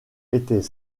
était